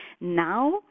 Now